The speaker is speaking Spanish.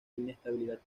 inestabilidad